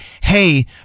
hey